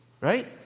right